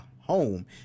home